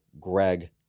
Greg